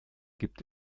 gibt